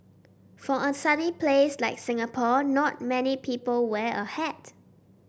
for a sunny place like Singapore not many people wear a hat